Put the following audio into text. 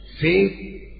Faith